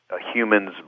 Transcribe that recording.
human's